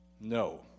No